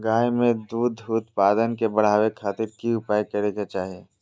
गाय में दूध उत्पादन के बढ़ावे खातिर की उपाय करें कि चाही?